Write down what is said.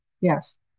Yes